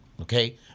okay